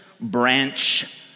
branch